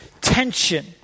tension